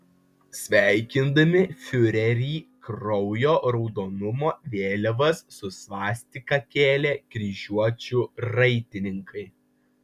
sveikindami fiurerį kraujo raudonumo vėliavas su svastika kėlė kryžiuočių raitininkai